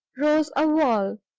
rose a wall,